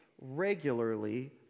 regularly